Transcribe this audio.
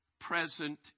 present